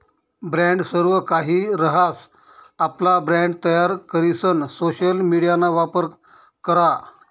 brand सर्वकाहि रहास, आपला ब्रँड तयार करीसन सोशल मिडियाना वापर करा